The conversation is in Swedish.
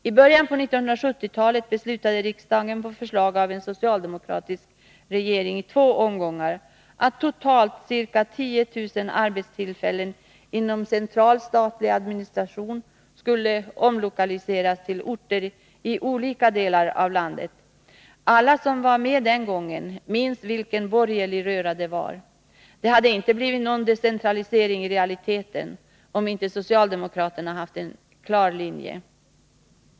I början av 1970-talet beslutade riksdagen, på förslag av en socialdemokratisk regering, i två omgångar, att totalt ca 10 000 arbetstillfällen inom central statlig administration skulle omlokaliseras till orter i olika delar av landet. Alla som var med den gången minns vilken borgerlig röra det var. Det hade inte blivit någon decentralisering i realiteten, om inte socialdemokraterna hade haft en klar linje.